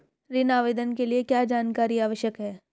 ऋण आवेदन के लिए क्या जानकारी आवश्यक है?